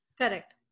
Correct